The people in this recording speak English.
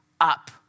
up